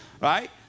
right